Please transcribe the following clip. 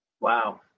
Wow